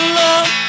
love